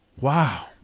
Wow